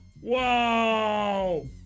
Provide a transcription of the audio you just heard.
Whoa